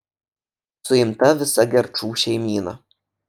suimta visa gerčų šeimyna